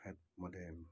हैट मैले